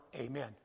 Amen